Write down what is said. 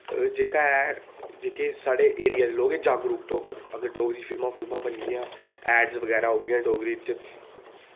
जेह्का ऐ जेह्के साढ़े एरिया दे लोग एह् जागरुक होङन अगर डोगरी च फिल्मां फुल्मां बनगियां ऐडस बगैरा औगियां डोगरी च